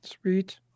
Sweet